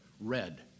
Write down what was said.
Red